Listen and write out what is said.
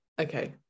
Okay